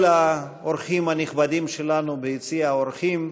כל האורחים הנכבדים שלנו ביציע האורחים,